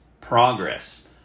progress